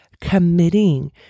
committing